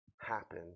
happen